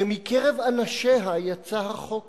שמקרב אנשיה יצא החוק הזה,